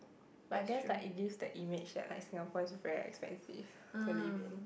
but I guess like it gives the image that like Singapore is very expensive to live in